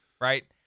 right